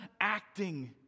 acting